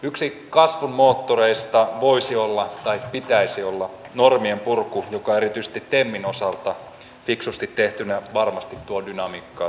yksi kasvun moottoreista voisi olla tai pitäisi olla normien purku joka yhdisti temin osalta kansallinen tilanteemme on todella vaikea